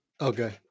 Okay